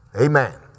Amen